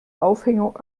aufhängung